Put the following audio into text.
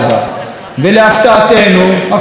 ולהפתעתנו, מחמוד עבאס לא מוכן.